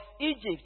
Egypt